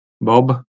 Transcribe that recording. Bob